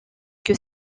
que